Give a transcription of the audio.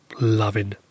loving